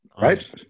right